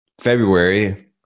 February